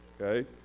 okay